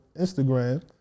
Instagram